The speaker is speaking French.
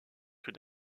tout